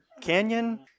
canyon